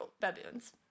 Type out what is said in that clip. baboons